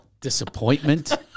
disappointment